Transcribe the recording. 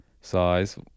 size